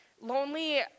lonely